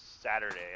Saturday